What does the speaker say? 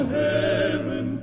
heaven